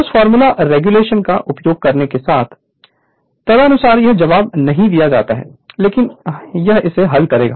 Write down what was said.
उस formula regulation का उपयोग करने के साथ तदनुसार यह जवाब नहीं दिया जाता है लेकिन यह इसे हल करेगा